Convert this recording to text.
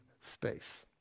space